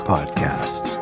Podcast